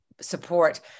support